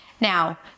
Now